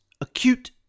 acute